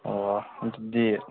ꯑꯣ ꯑꯗꯨꯗꯤ